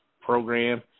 program